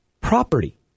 property